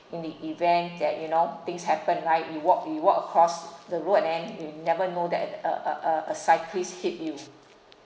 in the event that you know things happen like you walk you walk across the road and then you never know that and a a a cyclist hit you